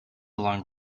along